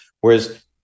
whereas